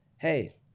hey